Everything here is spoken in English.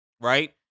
right